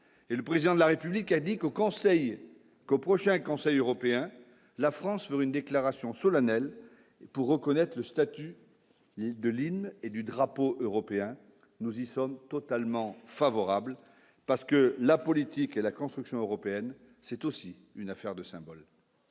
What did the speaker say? le président de la République a dit qu'au Conseil qu'au prochain conseil européen, la France sur une déclaration solennelle pour reconnaître le statut de l'hymne et du drapeau européen, nous y sommes totalement favorable parce que la politique et la construction européenne, c'est aussi une affaire de symboles